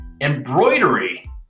Embroidery